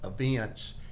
events